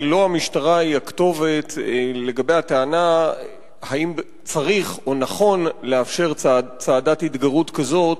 לא המשטרה היא הכתובת לטענה אם צריך או נכון לאפשר צעדת התגרות כזאת.